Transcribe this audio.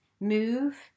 move